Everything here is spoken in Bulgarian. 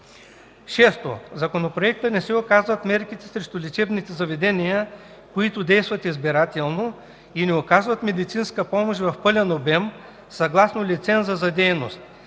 В Законопроекта не се указват мерките срещу лечебните заведения, които действат избирателно и не оказват медицинска помощ в пълен обем съгласно лиценза за дейност,